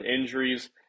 injuries